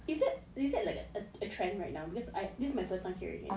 is that is that like a trend right now because this is my first time hearing it